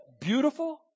beautiful